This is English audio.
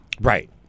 Right